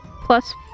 plus